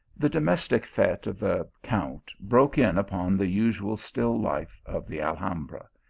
the domestic fete of the count broke in upon the usual still life of the alhambra.